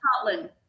Scotland